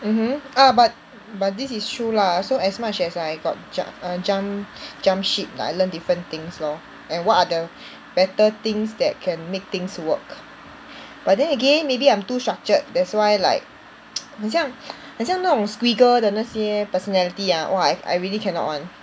mmhmm uh but but this is true lah so as much as I got jum~ err jump jump ship I learn different things lor and what are the better things that can make things work but then again maybe I'm too structured that's why like 很像很像那种 squealer 的那些 personality ah !wah! I I really cannot [one]